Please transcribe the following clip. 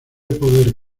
poder